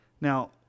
Now